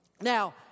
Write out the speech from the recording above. Now